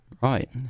Right